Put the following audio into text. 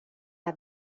has